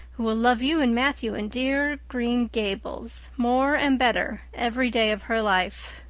who will love you and matthew and dear green gables more and better every day of her life.